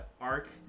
Arc